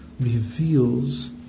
reveals